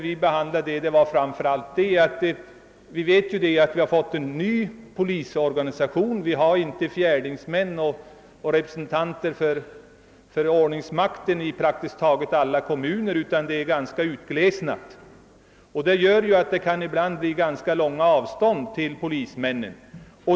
Vi har som bekant fått en ny polisorganisation och har därför inte fjärdingsmän eller andra representanter för ordningsmakten i alla kommuner. Ibland kan det därför bli ganska långa avstånd till polismännen.